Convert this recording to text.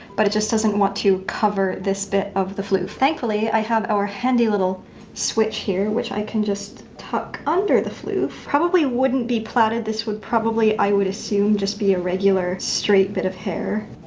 but it just doesn't want to cover this bit of the floof. thankfully, i have our handy little switch here, which i can just tuck under the floof. probably wouldn't be plaited. this would probably, i would assume, just be a regular straight bit of hair,